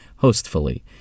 hostfully